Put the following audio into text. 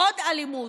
עוד אלימות,